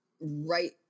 right